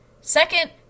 second